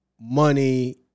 money